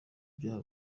byaha